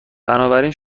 بنابراین